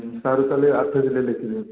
ସାରୁ ତା'ହେଲେ ଆଠେ କିଲୋ ଲେଖିଦିଅନ୍ତୁ